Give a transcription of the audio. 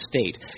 state